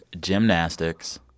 Gymnastics